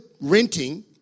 renting